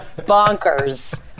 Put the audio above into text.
bonkers